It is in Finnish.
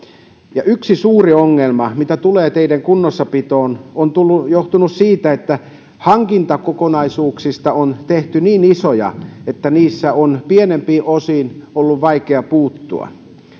yksi suuri ongelma mitä tulee teiden kunnossapitoon on johtunut siitä että hankintakokonaisuuksista on tehty niin isoja että niissä on pienempiin osiin ollut vaikea puuttua